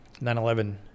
9-11